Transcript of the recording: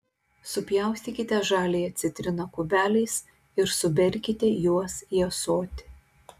supjaustykite žaliąją citriną kubeliais ir suberkite juos į ąsotį